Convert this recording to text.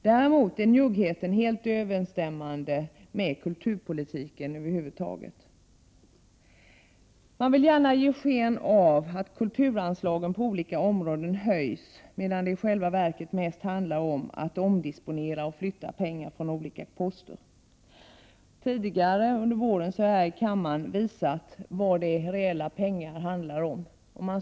Däremot är njuggheten helt i överensstämmelse med kulturpolitiken över huvud taget. Man vill gärna ge sken av att kulturanslagen på olika områden höjs, medan det i själva verket mest handlar om att omdisponera och flytta pengar mellan olika poster. Tidigare under våren har det här i kammaren visats vad det verkligen handlar om i pengar.